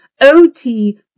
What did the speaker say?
OT